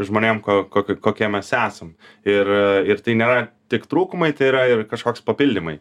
žmonėm ko kok kokie mes esam ir tai nėra tik trūkumai tai yra ir kažkoks papildymai